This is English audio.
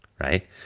right